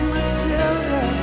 Matilda